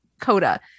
Coda